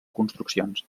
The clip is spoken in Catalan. construccions